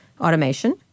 automation